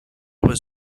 was